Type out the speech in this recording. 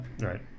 right